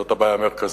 זאת הבעיה המרכזית.